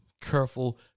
careful